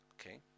Okay